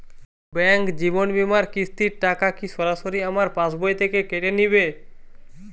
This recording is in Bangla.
ব্যাঙ্ক জীবন বিমার কিস্তির টাকা কি সরাসরি আমার পাশ বই থেকে কেটে নিবে?